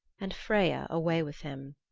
and freya away with him.